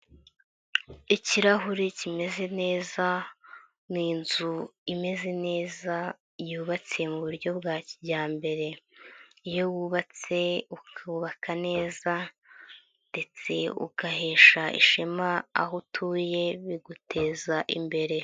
lkirahure kimeze neza ,n'inzu imeze neza yubatse mu buryo bwa kijyambere ,iyo wubatse ukubaka neza ,ndetse ugahesha ishema aho utuye biguteza imbere.